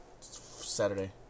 Saturday